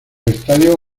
estadio